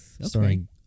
Starring